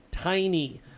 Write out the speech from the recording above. Tiny